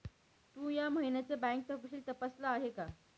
तू या महिन्याचं बँक तपशील तपासल आहे का?